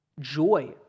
Joy